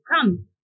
come